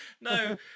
No